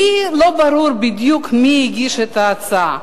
לי לא ברור בדיוק מי הגיש את ההצעה,